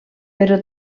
però